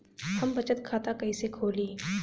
हम बचत खाता कईसे खोली?